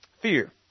Fear